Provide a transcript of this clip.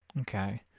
Okay